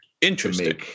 Interesting